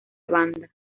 banda